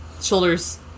Shoulders